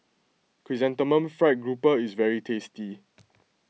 Chrysanthemum Fried Grouper is very tasty